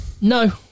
no